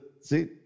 see